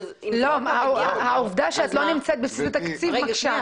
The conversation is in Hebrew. --- אבל העובדה שזה לא בבסיס התקציב מקשה.